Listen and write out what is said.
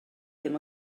ddim